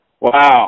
Wow